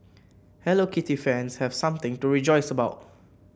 Hello Kitty fans have something to rejoice about